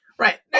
Right